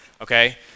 okay